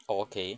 okay